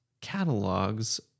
catalogs